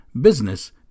business